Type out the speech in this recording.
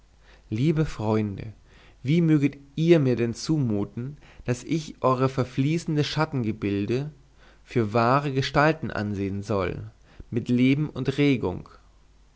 lieben freunde wie möget ihr mir denn zumuten daß ich eure verfließende schattengebilde für wahre gestalten ansehen soll mit leben und regung